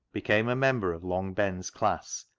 became a member of long ben's class,